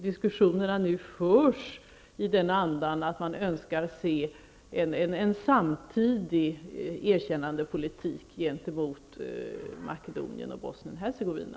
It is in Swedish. Diskussionerna förs nu i den andan att man önskar se en samfällig erkännandepolitik gentemot Makedonien och Bosnien-Hercegovina.